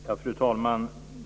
Fru talman!